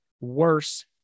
worse